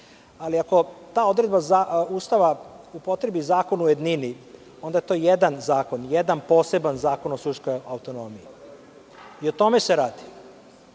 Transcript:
Ali, ako ta odredba Ustava upotrebi zakon u jednini, onda je to jedan zakon, jedan poseban zakon o suštinskoj autonomiji. O tome se